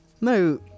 No